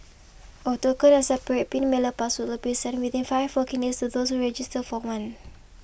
a token and separate pin mailer password will be sent within five working days to those who register for one